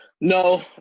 No